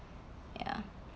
ya